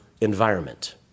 environment